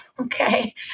okay